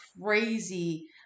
crazy